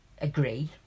agree